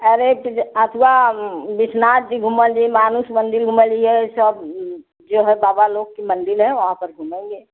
अरे त जे अथुवा विश्वनाथ जी घुमल जाई मानस मंदिर घुमल जाई इहे सब जो है बाबा लोग के मंदिर है वहाँ पर घूमेंगे